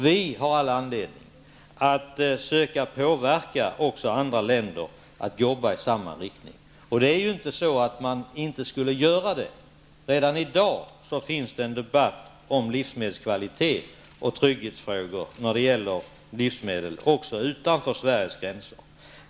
Vi har all anledning att också söka påverka andra länder att arbeta i samma riktning. Redan i dag finns en debatt om livsmedelskvalitet och trygghetsfrågor även när det gäller livsmedel utanför Sveriges gränser.